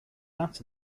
that